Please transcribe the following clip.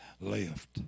left